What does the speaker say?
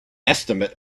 estimate